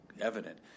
evident